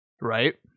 right